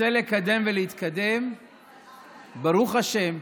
ברוך השם,